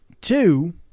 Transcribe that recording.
Two